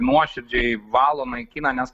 nuoširdžiai valo naikina nes